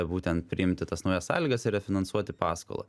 būtent priimti tas naujas sąlygas ir refinansuoti paskolą